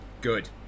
Good